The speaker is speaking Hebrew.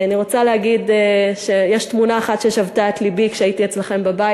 אני רוצה להגיד שיש תמונה אחת ששבתה את לבי כשהייתי אצלכם בבית.